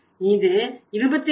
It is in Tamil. இது 22